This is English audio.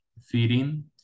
feeding